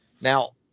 Now